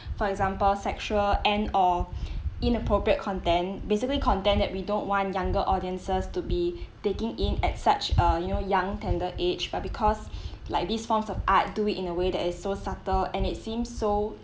for example sexual and or inappropriate content basically content that we don't want younger audiences to be taking in at such uh you know young tender age but because like these forms of art do it in a way that is so subtle and it seems so